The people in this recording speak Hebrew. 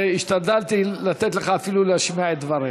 והשתדלתי לתת לך אפילו להשמיע את דבריך.